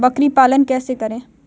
बकरी पालन कैसे करें?